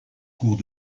cours